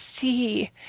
see